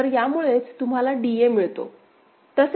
तर यामुळेच तुम्हाला DA मिळतो